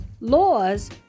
laws